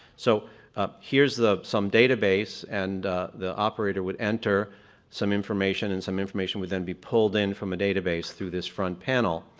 so ah here's some database and the operator would enter some information, and some information would then be pulled in from a database through this front panel.